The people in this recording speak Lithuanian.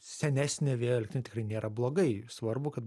senesnė vėl ten tikrai nėra blogai svarbu kad